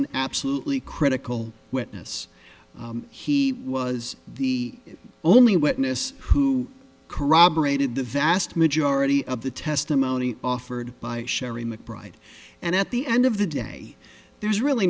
an absolutely critical witness he was the only witness who corroborated the vast majority of the testimony offered by sherry mcbride and at the end of the day there's really